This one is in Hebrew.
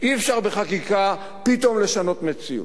אי-אפשר בחקיקה פתאום לשנות מציאות.